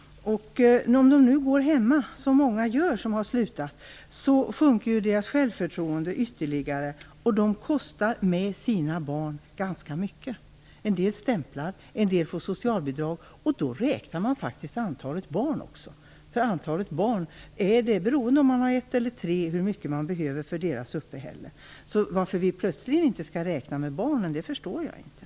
Om de nu går hemma, som många gör som har slutat studera, sjunker deras självförtroende ytterligare, och de kostar med sina barn ganska mycket. En del stämplar, en del får socialbidrag, och då räknar man faktiskt antalet barn också. Hur mycket man behöver för familjens uppehälle beror på om man har ett eller tre barn. Varför vi plötsligen inte skall räkna med barnen förstår jag inte.